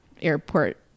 airport